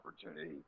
opportunity